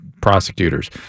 prosecutors